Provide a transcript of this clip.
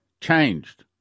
Changed